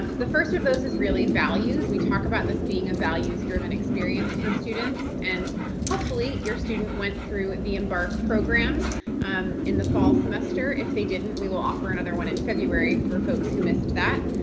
the first of those is really values. we talk about this being of values-driven experience for students, and hopefully your student went through the embark program um in the fall semester. if they didn't, we will offer another one in february for folks who missed that,